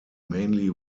mainly